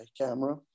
camera